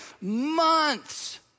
months